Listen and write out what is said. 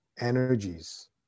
energies